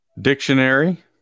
dictionary